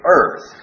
earth